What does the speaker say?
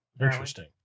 Interesting